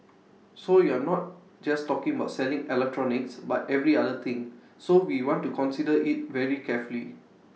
so you're not just talking about selling electronics but every other thing so we want to consider IT very carefully